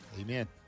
Amen